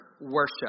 worship